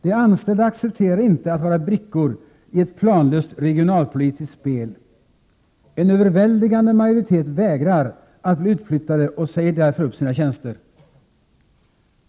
De anställda accepterar inte att vara brickor i ett planlöst regionalpolitiskt spel. En överväldigande majoritet vägrar att bli utflyttad och säger därför upp sina tjänster.